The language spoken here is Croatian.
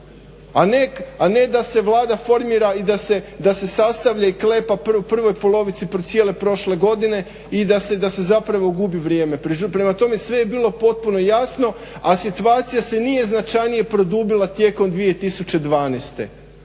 a ne da se Vlada formira i da se sastavlja i klepa u prvoj polovici cijele prošle godine i da se gubi vrijeme. Prema tome sve je bilo potpuno jasno, a situacija se nije značajnije produbila tijekom 2012.